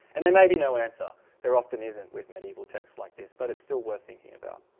and there may be no answer there often isn't with medieval texts like this but it's still worth thinking about.